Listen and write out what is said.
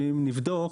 שאם הוא יבדוק,